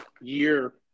year